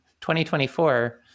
2024